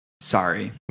sorry